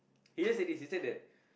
he just said this he said that